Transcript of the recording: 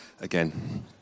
again